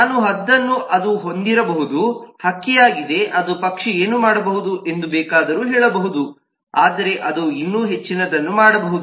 ನಾನು ಹದ್ದನ್ನು ಅದು ಹೊಂದಿರಬಹುದು ಹಕ್ಕಿಯಾಗಿದೆ ಅದು ಪಕ್ಷಿ ಏನು ಮಾಡಬಹುದು ಅದನ್ನು ಬೇಕಾದರೂ ಮಾಡಬಹುದು ಆದರೆ ಅದು ಇನ್ನೂ ಹೆಚ್ಚಿನದನ್ನು ಮಾಡಬಹುದು